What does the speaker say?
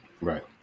Right